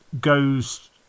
goes